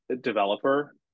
developer